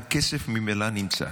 הכסף ממילא נמצא.